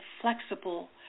flexible